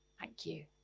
thank you.